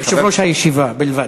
יושב-ראש הישיבה בלבד.